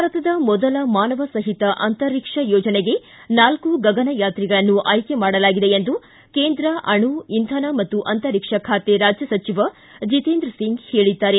ಭಾರತದ ಮೊದಲ ಮಾನವ ಸಹಿತ ಅಂತರಿಕ್ಷ ಯೋಜನೆಗೆ ನಾಲ್ಕು ಗಗನಯಾತ್ರಿಗಳನ್ನು ಆಯ್ಕೆ ಮಾಡಲಾಗಿದೆ ಎಂದು ಕೇಂದ್ರ ಅಣು ಇಂಧನ ಮತ್ತು ಅಂತರಿಕ್ಷ ಖಾತೆ ರಾಜ್ಯ ಸಚಿವ ಜಿತೇಂದ್ರ ಸಿಂಗ್ ಹೇಳಿದ್ದಾರೆ